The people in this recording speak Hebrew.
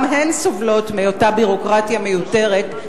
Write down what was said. גם הן סובלות מאותה ביורוקרטיה מיותרת,